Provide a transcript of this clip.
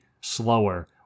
slower